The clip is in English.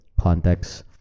context